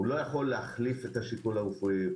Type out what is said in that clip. הוא לא יכול להחליף את השיקול הרפואי,